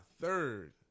third